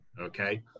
Okay